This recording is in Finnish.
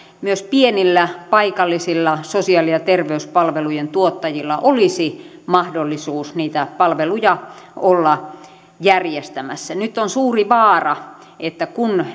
myös pienillä paikallisilla sosiaali ja terveyspalvelujen tuottajilla olisi mahdollisuus niitä palveluja olla järjestämässä nyt on suuri vaara että kun